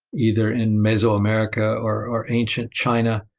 either in mesoamerica or or ancient china.